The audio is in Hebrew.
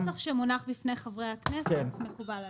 הנוסח שמונח בפני חברי הכנסת מקובל עלינו.